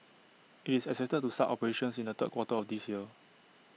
IT is to start operations in the third quarter of this year